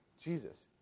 Jesus